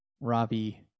Ravi